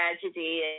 tragedy